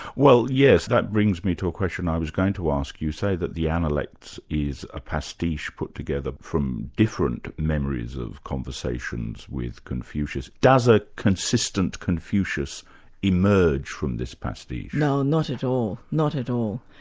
well yes, that brings me to a question i was going to ask. you say that the analects is a pastiche put together from different memories of conversations with confucius does a consistent confucius emerge from this pastiche? no, not at all, not at all.